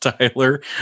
Tyler